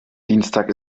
dienstag